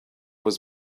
was